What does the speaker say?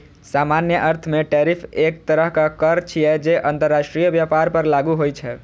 सामान्य अर्थ मे टैरिफ एक तरहक कर छियै, जे अंतरराष्ट्रीय व्यापार पर लागू होइ छै